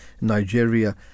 Nigeria